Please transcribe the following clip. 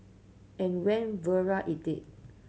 and went viral it did